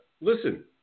listen